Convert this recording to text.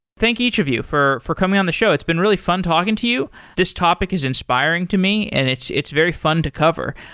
thank each of you for for coming on the show. it's been really fun talking to you. this topic is inspiring to me and it's it's very fun to cover.